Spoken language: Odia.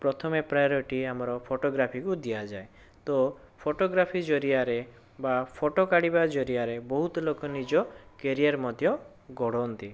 ପ୍ରଥମେ ପ୍ରାୟରିଟି ଆମର ଫଟୋଗ୍ରାଫିକୁ ଦିଆଯାଏ ତ ଫଟୋଗ୍ରାଫି ଜରିଆରେ ବା ଫଟୋ କାଢ଼ିବା ଜରିଆରେ ବହୁତ ଲୋକ ନିଜ କ୍ୟାରିଅର ମଧ୍ୟ ଗଢ଼ନ୍ତି